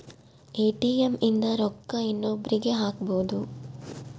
ATM ಇಂದ ರೊಕ್ಕ ಇನ್ನೊಬ್ರೀಗೆ ಹಕ್ಬೊದು